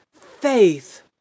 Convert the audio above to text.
faith